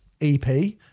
EP